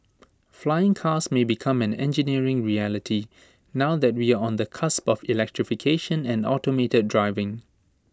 flying cars may become an engineering reality now that we are on the cusp of electrification and automated driving